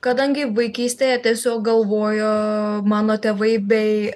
kadangi vaikystėje tiesiog galvojo mano tėvai bei